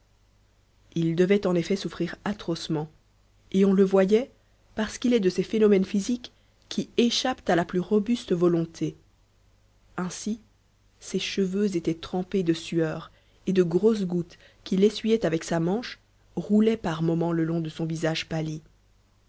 il devait en effet souffrir atrocement et on le voyait parce qu'il est de ces phénomènes physiques qui échappent à la plus robuste volonté ainsi ses cheveux étaient trempés de sueur et de grosses gouttes qu'il essuyait avec sa manche roulaient par moments le long de son visage pâli